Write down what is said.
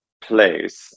place